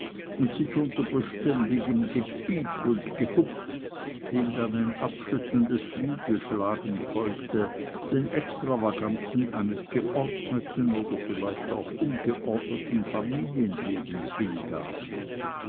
und sich unter beständigem gepiep und gehupf dem dann ein abschüttelndes flügelschlagen folgte den extravaganzen eines geordneten oder vielleicht auch ungeordneten familienlebens hingaben